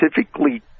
specifically